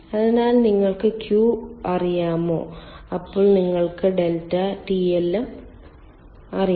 അതിനാൽ നിങ്ങൾക്ക് Q അറിയാമോ അപ്പോൾ നിങ്ങൾക്ക് ഡെൽറ്റ TLM അറിയാം